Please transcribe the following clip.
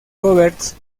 roberts